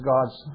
God's